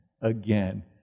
again